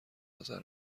نظر